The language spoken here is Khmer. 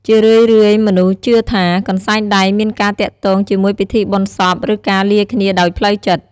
ជារឿយៗមនុស្សជឿថា កន្សែងដៃមានការទាក់ទងជាមួយពិធីបុណ្យសព ឬការលាគ្នាដោយផ្លូវចិត្ត។